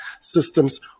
systems